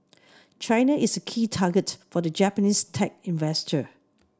China is a key target for the Japanese tech investor